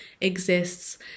exists